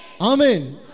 Amen